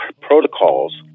protocols